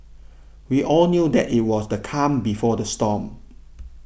we all knew that it was the calm before the storm